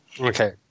Okay